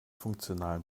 funktionalen